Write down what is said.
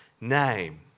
name